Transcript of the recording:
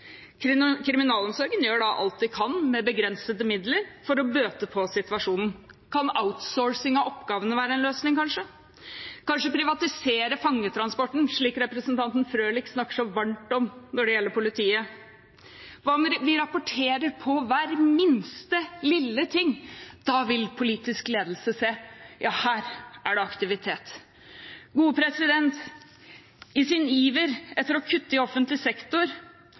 Kriminalomsorgen gjør da alt de kan med begrensede midler for å bøte på situasjonen. Kan «outsourcing» av oppgavene være en løsning, kanskje? Kanskje kan man privatisere fangetransporten, slik representanten Frølich snakker så varmt om når det gjelder politiet. De rapporterer på hver minste lille ting, da vil politisk ledelse se at her er det aktivitet. I iveren etter å kutte i offentlig sektor